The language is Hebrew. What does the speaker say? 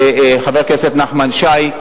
וחבר הכנסת נחמן שי.